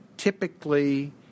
typically